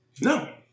no